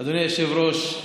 אדוני היושב-ראש,